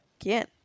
again